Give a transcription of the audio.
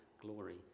glory